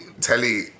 telly